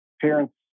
Parents